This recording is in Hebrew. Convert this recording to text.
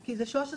כי זה 13 שנה.